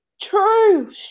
True